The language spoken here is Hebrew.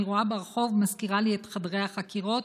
רואה ברחוב מזכירה לי את חדרי החקירות,